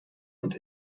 und